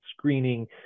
screening